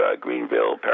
Greenville